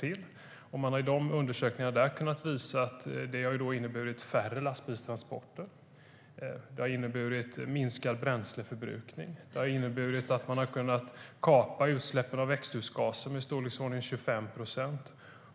Det har visats i de undersökningarna att detta har inneburit färre lastbilstransporter och minskad bränsleförbrukning. Man har också kunnat minska utsläppen av växthusgaser med i storleksordningen 25 procent.